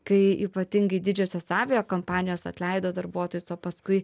kai ypatingai didžiosios aviakompanijos atleido darbuotojus o paskui